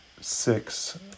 six